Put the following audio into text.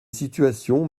situations